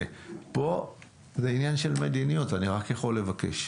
אבל כאן זה עניין של מדיניות ואני רק יכול לבקש.